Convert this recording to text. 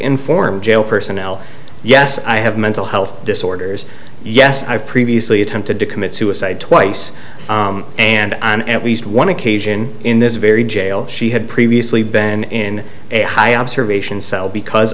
informed jail personnel yes i have mental health disorders yes i've previously attempted to commit suicide twice and at least one occasion in this very jail she had previously been in a high observation cell because